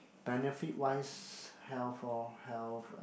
benefit wise health or health